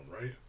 right